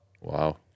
Wow